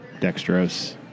dextrose